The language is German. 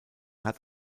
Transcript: hat